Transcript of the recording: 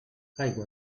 aigua